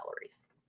calories